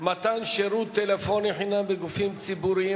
מתן שירות טלפוני חינם בגופים ציבוריים,